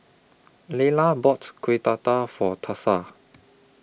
Lila bought Kueh Dadar For Thursa